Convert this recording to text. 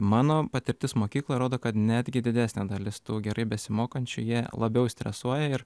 mano patirtis mokykloj rodo kad netgi didesnė dalis tų gerai besimokančių jie labiau stresuoja ir